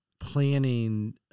Planning